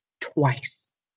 twice